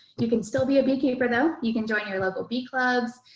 you can still be a beekeeper though. you can join your local bee clubs,